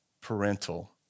parental